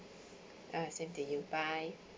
uh same to you bye